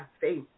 faith